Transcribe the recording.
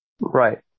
Right